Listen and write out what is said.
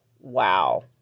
wow